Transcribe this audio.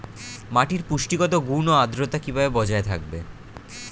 মাটির পুষ্টিগত গুণ ও আদ্রতা কিভাবে বজায় থাকবে?